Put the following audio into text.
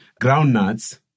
groundnuts